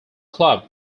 club